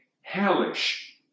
hellish